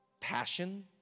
passion